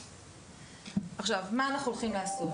מה אנחנו הולכים לעשות?